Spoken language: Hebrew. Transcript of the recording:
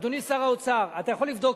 אדוני שר האוצר, אתה יכול לבדוק